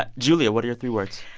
but julia, what are your three words?